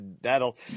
That'll